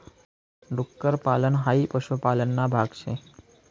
डुक्कर पालन हाई पशुपालन ना भाग शे